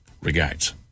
Regards